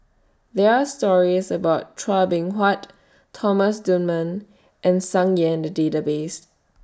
There Are stories about Chua Beng Huat Thomas Dunman and Tsung Yeh in The Database